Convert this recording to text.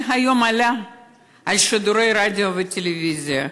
זה עלה היום בשידורי הרדיו והטלוויזיה,